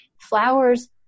Flowers